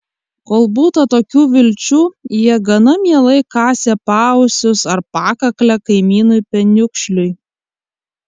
kol būta tokių vilčių jie gana mielai kasė paausius ar pakaklę kaimynui peniukšliui